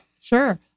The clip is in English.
Sure